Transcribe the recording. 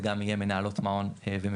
זה גם יהיה מנהלות מעון ומבשלות,